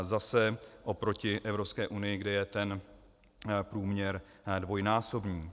Zase oproti Evropské unii, kde je ten průměr dvojnásobný.